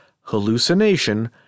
hallucination